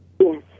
Yes